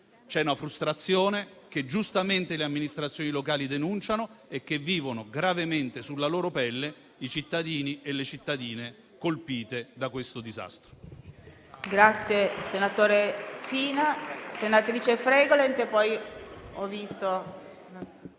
C'è una frustrazione, che giustamente le amministrazioni locali denunciano e che vivono gravemente sulla loro pelle i cittadini e le cittadine colpite da questo disastro.